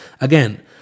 Again